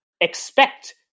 expect